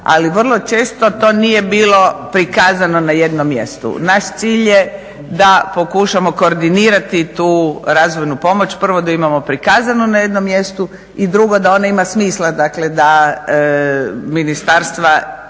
ali vrlo često to nije bilo prikazano na jednom mjestu. Naš cilj je da pokušamo koordinirati tu razvojnu pomoć, prvo da ju imamo prikazanu na jednom mjestu i drugo da ona ima smisla, dakle da ministarstva